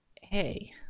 hey